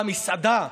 מה, מסעדה,